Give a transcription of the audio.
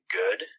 good